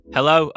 Hello